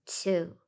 two